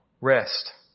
rest